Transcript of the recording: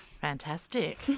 fantastic